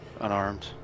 Unarmed